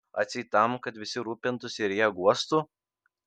atseit tam kad visi rūpintųsi ir ją guostų